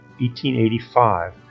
1885